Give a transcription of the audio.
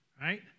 right